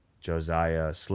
Josiah